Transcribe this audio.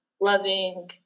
loving